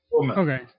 Okay